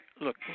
Look